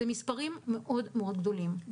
אלה מספרים מאוד מאוד גדולים.